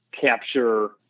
capture